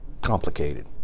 complicated